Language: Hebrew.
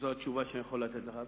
זאת התשובה שאני יכול לתת לך.